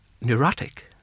neurotic